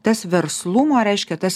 tas verslumo reiškia tas